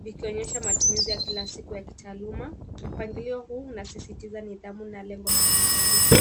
vikionyesha matumizi ya kila siku ya kitaaluma, upangilio huu unasisitiza nidhamu na lengo la kimaarifa.